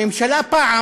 פעם